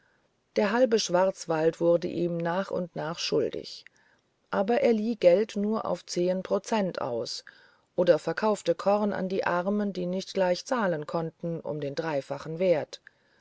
der halbe schwarzwald wurde ihm nach und nach schuldig aber er lieh geld nur auf zehen prozente aus oder verkaufte korn an die armen die nicht gleich zahlen konnten um den dreifachen wert